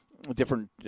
different